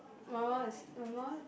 my mum is my mum